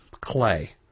clay